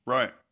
Right